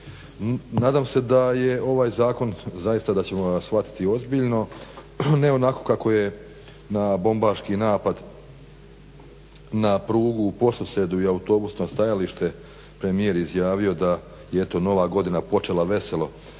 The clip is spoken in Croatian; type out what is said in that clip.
Nadam se da je ovaj zakon, zaista da ćemo ga shvatiti ozbiljno, ne onako kako je na bombaški napad na prugu u Podsusedu i autobusno stajalište, premijer izjavio da je eto nova godina počela veselo.